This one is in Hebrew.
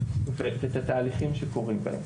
ואת התהליכים שקורים בהם.